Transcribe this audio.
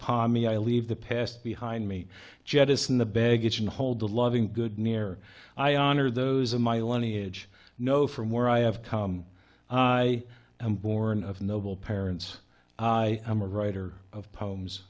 pommy i leave the past behind me jettison the baggage and hold the loving good near i honor those in my lineage know from where i have come i am born of noble parents i am a writer of poems